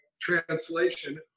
translation